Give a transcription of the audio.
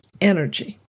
energy